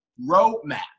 roadmap